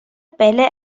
bälle